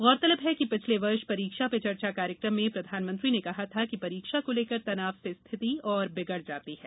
गौरतलब है कि पिछले वर्ष परीक्षा पे चर्चा कार्यक्रम में प्रधानमंत्री ने कहा था कि परीक्षा को लेकर तनाव से स्थिति और बिगड़ जाती है